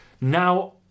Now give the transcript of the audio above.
Now